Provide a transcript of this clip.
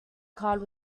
card